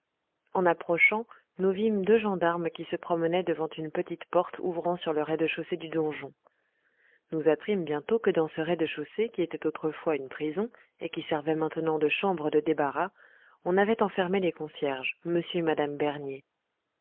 en approchant nous vîmes deux gendarmes qui se promenaient devant une petite porte ouvrant sur le rez-de-chaussée du donjon nous apprîmes bientôt que dans ce rez-de-chaussée qui était autrefois une prison et qui servait maintenant de chambre de débarras on avait enfermé les concierges m et mme bernier